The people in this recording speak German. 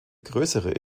größere